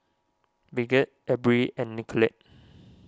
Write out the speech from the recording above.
Bridgett Abril and Nicolette